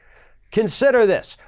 consider this.